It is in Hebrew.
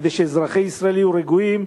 כדי שאזרחי ישראל יהיו רגועים,